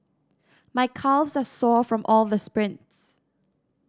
my calves are sore from all the sprints